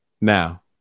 Now